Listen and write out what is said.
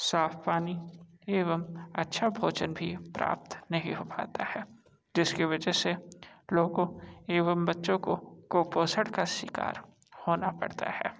साफ़ पानी एवं अच्छा भोजन भी प्राप्त नहीं हो पाता है जिसकी वजह से लोगों एवं बच्चों को कुपोषण का शिकार होना पड़ता है